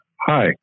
Hi